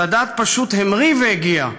סאדאת פשוט המריא והגיע.